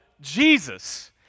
Jesus